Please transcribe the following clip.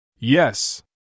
Yes